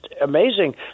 amazing